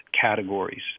categories